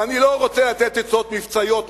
ואני לא רוצה לתת עצות מבצעיות,